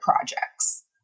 projects